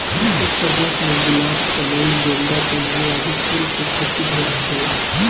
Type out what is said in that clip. उत्तर प्रदेश में गुलाब, कनइल, गेंदा, चमेली आदि फूल के खेती ढेर होखेला